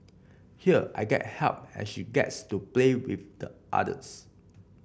here I get help and she gets to play with the others